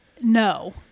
No